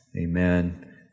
Amen